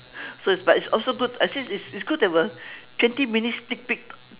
so it's also but it's also good I see it's it's good to have a twenty minutes sneak peek